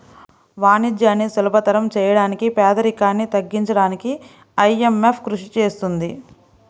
వాణిజ్యాన్ని సులభతరం చేయడానికి పేదరికాన్ని తగ్గించడానికీ ఐఎంఎఫ్ కృషి చేస్తుంది